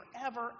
forever